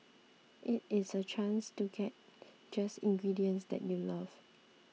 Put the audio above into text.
it is a chance to get just ingredients that you love